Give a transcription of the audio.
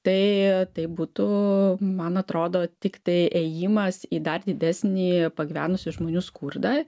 tai tai būtų man atrodo tiktai ėjimas į dar didesnį pagyvenusių žmonių skurdą